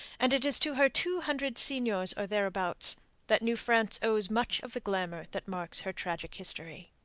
and it is to her two hundred seigneurs or thereabouts that new france owes much of the glamour that marks her tragic history.